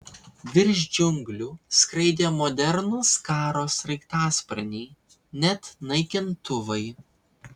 virš džiunglių skraidė modernūs karo sraigtasparniai net naikintuvai